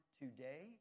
today